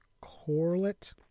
Corlett